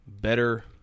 better